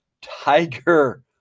tiger